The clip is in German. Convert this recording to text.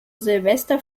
silvester